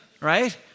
right